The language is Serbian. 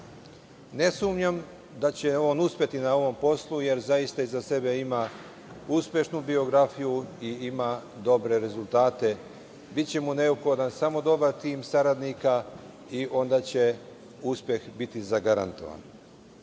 sumnjam da će on uspeti na ovom poslu, jer zaista iza sebe ima uspešnu biografiju i ima dobre rezultate, biće neophodan samo dobar tim saradnika i onda će uspeh biti zagarantovan. Kao